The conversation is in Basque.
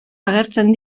agertzen